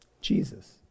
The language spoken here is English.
Jesus